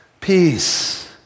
peace